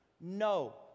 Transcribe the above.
No